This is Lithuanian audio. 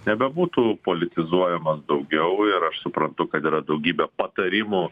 nebebūtų politizuojamas daugiau ir aš suprantu kad yra daugybė patarimų